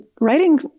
writing